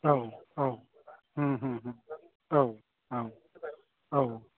औ औ औ औ